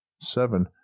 seven